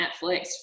Netflix